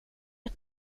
ett